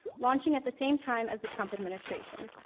launching at the same time as the trump administration.